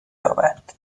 یابد